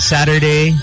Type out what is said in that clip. Saturday